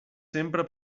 sempre